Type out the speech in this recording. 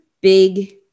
big